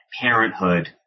parenthood